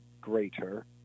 greater